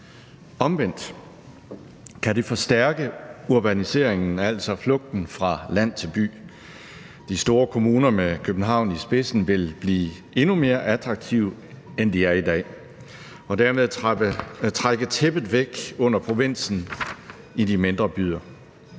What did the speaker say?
Omvendt kan det forstærke urbaniseringen, altså flugten fra land til by. De store kommuner med København i spidsen vil blive endnu mere attraktive, end de er i dag, og dermed trække tæppet væk under provinsen og de mindre byer.